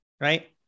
Right